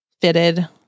Fitted